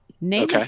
Name